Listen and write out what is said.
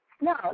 No